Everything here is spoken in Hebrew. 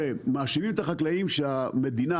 מאשימים את החקלאים שהמדינה,